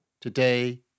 Today